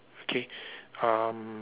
okay um